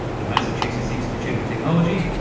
the massachusetts institute of technology,